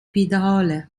wiederhole